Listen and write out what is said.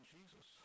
Jesus